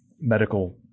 medical